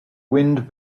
wind